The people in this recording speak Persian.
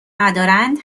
ندارند